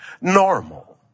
normal